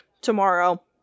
tomorrow